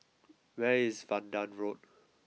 where is Vanda Road